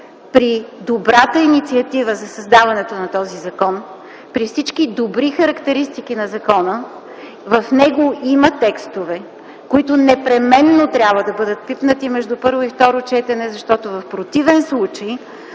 при добрата инициатива за създаването на този закон, при всички добри характеристики на закона, в него има текстове, които непременно трябва да бъдат пипнати между първо и второ четене, защото в противен случай